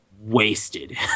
wasted